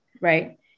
right